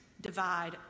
divide